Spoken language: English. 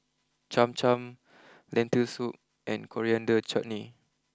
Cham Cham Lentil Soup and Coriander Chutney